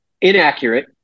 Inaccurate